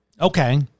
Okay